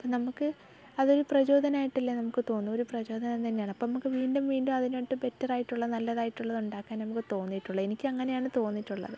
അപ്പം നമുക്ക് അതൊരു പ്രചോദനമായിട്ടല്ലേ നമുക്ക് തോന്നൂ ഒരു പ്രചോദനം തന്നെയാണ് അപ്പോൾ നമുക്ക് വീണ്ടും വീണ്ടും അതിനായിട്ട് ബെറ്റർ ആയിട്ടുള്ള നല്ലതായിട്ടുള്ള ഉണ്ടാക്കാനേ നമുക്ക് തോന്നിയിട്ടുള്ളൂ എനിക്കങ്ങനെയാണ് തോന്നിയിട്ടുള്ളത്